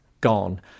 gone